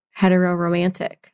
heteroromantic